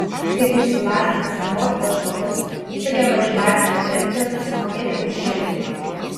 tik išsilavinęs ir mokytas žmogus sugeba iš bazinės pensijos susimokėti už šildymą